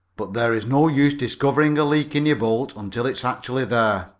but there is no use discovering a leak in your boat until it's actually there,